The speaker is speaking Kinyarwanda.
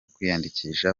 kwiyandikisha